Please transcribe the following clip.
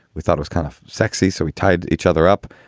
we thought was kind of sexy. so we tied each other up.